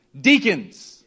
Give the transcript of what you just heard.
Deacons